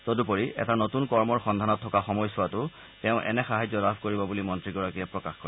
তদুপৰি এটা নতুন কৰ্মৰ সন্ধানত থকা সময়ছোৱাতো তেওঁ এনে সাহায্য লাভ কৰিব বুলি মন্ত্ৰীগৰাকীয়ে প্ৰকাশ কৰে